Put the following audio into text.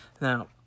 Now